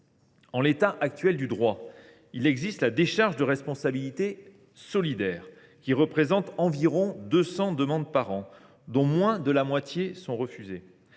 En l’état actuel du droit, existe une procédure, la décharge de responsabilité solidaire, qui représente environ 200 demandes par an, dont moins de la moitié sont refusées.